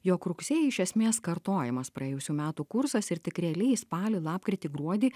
jog rugsėjį iš esmės kartojamas praėjusių metų kursas ir tik realiai spalį lapkritį gruodį